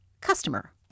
customer